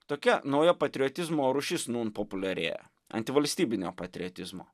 tokia nauja patriotizmo rūšis nūn populiarėja antivalstybinio patriotizmo